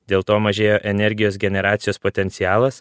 dėl to mažėja energijos generacijos potencialas